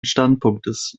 standpunktes